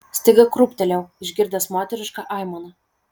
staiga krūptelėjau išgirdęs moterišką aimaną